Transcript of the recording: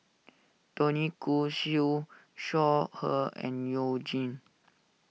Tony Khoo Siew Shaw Her and You Jin